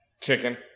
Chicken